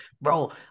bro